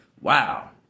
Wow